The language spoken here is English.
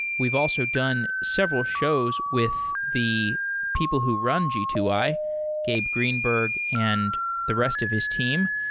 we've also done several shows with the people who run g two i, gabe greenberg, and the rest of his team.